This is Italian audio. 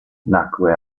nacque